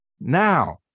Now